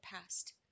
past